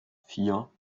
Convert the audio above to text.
vier